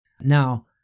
Now